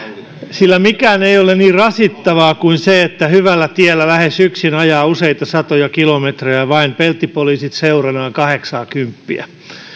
mikään ei ole niin rasittavaa kuin se että hyvällä tiellä lähes yksin ajaa useita satoja kilometrejä vain peltipoliisit seuranaan kahdeksaakymppiä